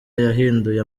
yahinduye